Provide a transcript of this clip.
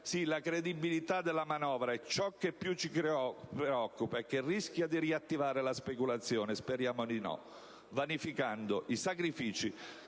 La credibilità della manovra è ciò che più ci preoccupa e che rischia di riattivare la speculazione - speriamo di no - vanificando i sacrifici